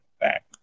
back